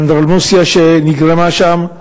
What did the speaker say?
האנדרלמוסיה שנגרמה שם,